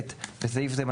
בסעיף זה,